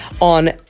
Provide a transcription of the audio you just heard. on